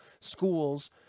schools